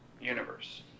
universe